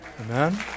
Amen